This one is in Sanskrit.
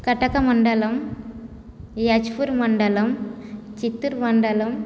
कटक्मण्डलं यज्पुर्मण्डलं चित्तुर्मण्डलं